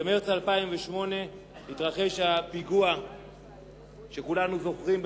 במרס 2008 התרחש הפיגוע שכולנו זוכרים,